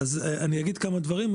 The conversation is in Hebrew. אז אני אגיד מספר דברים,